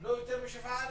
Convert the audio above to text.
לא יותר משבעה אנשים.